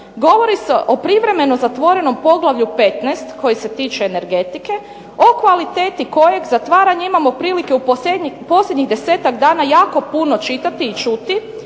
govori se o privremeno zatvorenom poglavlju 15. koji se tiče energetike, o kvaliteti kojeg zatvaranje imamo prilike u posljednjih 10-ak dana jako puno čitati i čuti